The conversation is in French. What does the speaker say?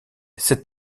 cet